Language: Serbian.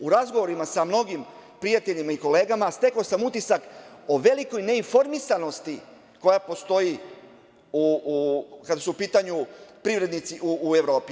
U razgovorima sa mnogim prijateljima i kolegama stekao sam utisak o veliko neinformisanosti koja postoji kada su u pitanju privrednici u Evropi.